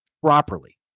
properly